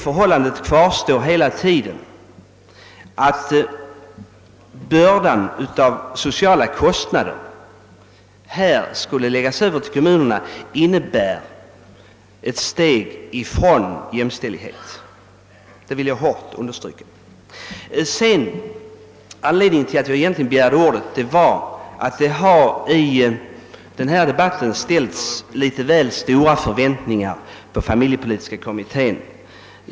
Faktum kvarstår hela tiden, nämligen att om bördan av sociala kostnader skulle läggas över på kommunerna skulle detta innebära ett steg bort från likställighetsprincipen. Detta vill jag kraftigt understryka. Den egentliga anledningen till att jag begärde ordet var att det i denna debatt har ställts litet väl stora förväntningar på familjepolitiska kommittén.